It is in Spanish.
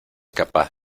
capaz